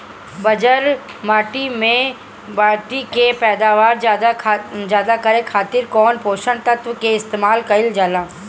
बंजर माटी के पैदावार ज्यादा करे खातिर कौन पोषक तत्व के इस्तेमाल कईल जाला?